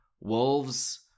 Wolves